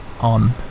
on